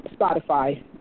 Spotify